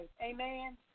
amen